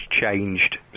changed